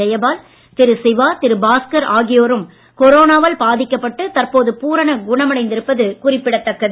ஜெயபால் திரு சிவா திரு பாஸ்கர் ஆகியோரும் கொரோனாவால் பாதிக்கப்பட்டு தற்போது பூரண குணமடைந்திருப்பது குறிப்பிடத்தக்கது